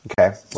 Okay